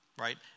Right